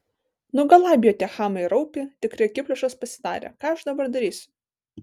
nugalabijo tie chamai raupį tikri akiplėšos pasidarė ką aš dabar darysiu